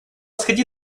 сходи